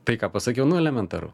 tai ką pasakiau nu elementaru